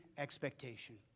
Expectation